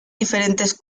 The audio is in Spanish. diferentes